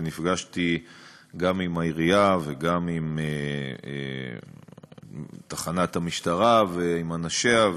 ונפגשתי גם עם העירייה וגם עם תחנת המשטרה ואנשיה,